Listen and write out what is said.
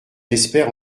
espère